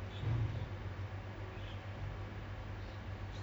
fact that you feel like seram ah especially if you go home late at night